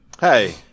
Hey